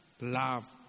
love